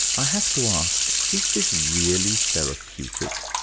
i have to ask, is this really therapeutic?